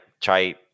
try